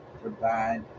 provide